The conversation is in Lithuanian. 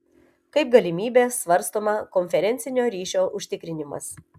kaip galimybė svarstoma konferencinio ryšio užtikrinimas